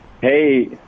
Hey